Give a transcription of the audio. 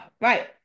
Right